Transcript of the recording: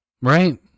Right